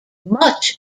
much